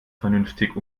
vernünftig